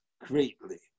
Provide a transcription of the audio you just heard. greatly